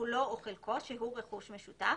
כולו או חלקו, שהוא רכוש משותף